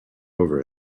over